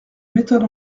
méthode